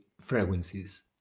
frequencies